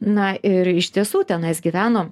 na ir iš tiesų tenais gyveno